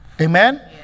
Amen